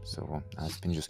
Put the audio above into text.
savo atspindžius